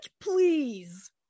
please